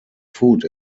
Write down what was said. food